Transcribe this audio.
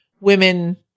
women